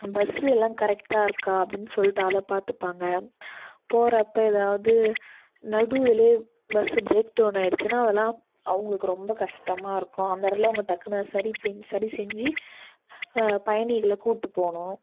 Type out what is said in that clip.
bus எல்லாம் கரெக்டாக இருக்கா அப்படின்னு சொல்லிட்டு அதைப் பார்த்துப்பாங்க போகிறப்ப எதாவது நடுவிலே பஸ்ஸு பிரேக் டவுன் ஆகிடுச்சுனா அதல்லாம் அவுங்களுக்கு ரொம்ப கஷ்டமாயிருக்கும் அந்த இடத்துல அவங்க டக்குனு சரி சரி செஞ்சு பயணிகளை கூட்டு போகணும்